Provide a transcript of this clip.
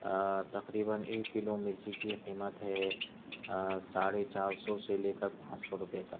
تقریبا ایک کلو مرچی کی قیمت ہے ساڑھے چار سو سے لے کر پانچ سو روپئے تک